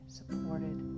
supported